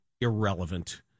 irrelevant